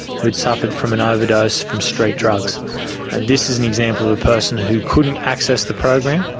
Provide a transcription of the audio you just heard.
who'd suffered from an overdose from street drugs. and this is an example of a person who couldn't access the program.